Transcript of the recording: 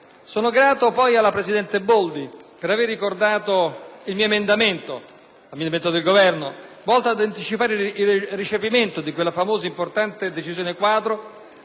poi grato alla presidente Boldi per aver ricordato l'emendamento del Governo volto ad anticipare il recepimento di quella famosa ed importante decisione quadro,